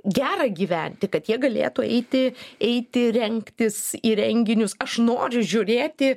gera gyventi kad jie galėtų eiti eiti rengtis į renginius aš noriu žiūrėti